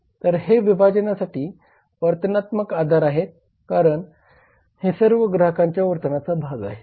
तर हे विभाजनासाठी वर्तनात्मक आधार आहेत कारण हे सर्व ग्राहकांच्या वर्तनाचा भाग आहेत